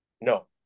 No